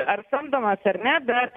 ar samdomas ar ne bet